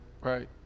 right